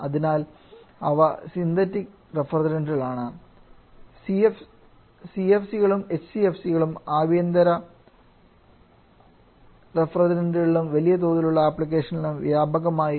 അതിനാൽ ഇവ സിന്തറ്റിക് റഫ്രിജറന്റുകളാണ് CFC കളും HCFC കളും ആഭ്യന്തര റഫ്രിജറേറ്ററുകളിലും വലിയ തോതിലുള്ള ആപ്ലിക്കേഷനുകളിലും വ്യാപകമായി ഉപയോഗിച്ചു